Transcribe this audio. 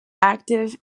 active